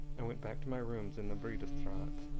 and went back to my rooms in the breede straat,